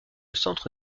centre